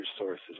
resources